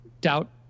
doubt